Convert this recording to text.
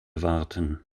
warten